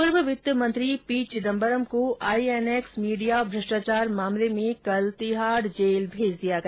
पूर्व वित्त मंत्री पी चिदम्बरम को आईएनएक्स मीडिया भ्रष्टाचार मामले में कल तिहाड जेल भेज दिया गया